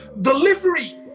Delivery